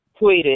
tweeted